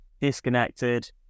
disconnected